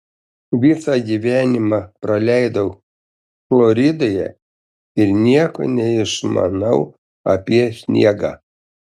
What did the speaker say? visą gyvenimą praleidau floridoje ir nieko neišmanau apie sniegą